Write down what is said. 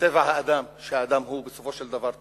בטבע האדם, שהאדם הוא בסופו של דבר טוב,